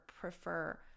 prefer